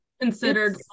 considered